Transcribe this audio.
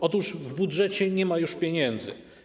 Otóż w budżecie nie ma już pieniędzy.